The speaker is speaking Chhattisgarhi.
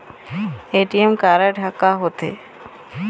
ए.टी.एम कारड हा का होते?